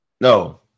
no